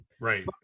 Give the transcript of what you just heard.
Right